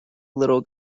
little